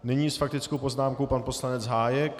Nyní s faktickou poznámkou pan poslanec Hájek.